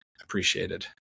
appreciated